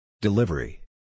Delivery